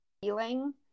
feeling